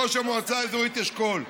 ראש המועצה האזורית אשכול,